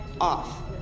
off